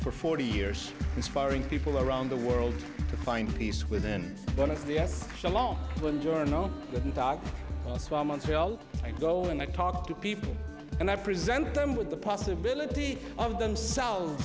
for forty years aspiring people around the world to find peace within one of the us along with journal i go and i talk to people and i present them with the possibility of themselves